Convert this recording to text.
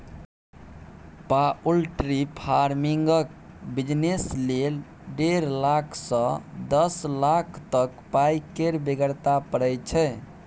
poultry फार्मिंगक business लेल डेढ़ लाख सँ दस लाख तक पाइ केर बेगरता परय छै